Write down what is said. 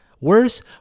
Worse